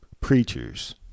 preachers